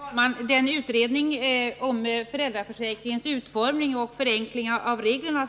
Herr talman! Utredningen angående föräldraförsäkringens utformning i syfte att åstadkomma en förenkling av reglerna